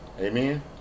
amen